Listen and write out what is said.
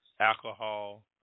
alcohol